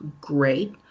great